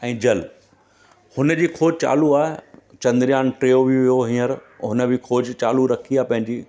ऐं जल हुन जी खोज चालू आहे चंद्रयान टियों बि वयो हींअर हुन बि खोज चालू रखी आहे पंहिंजी